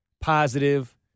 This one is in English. positive